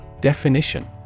Definition